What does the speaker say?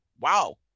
Wow